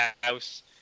house